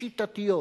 שיטתיות,